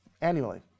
annually